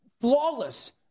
Flawless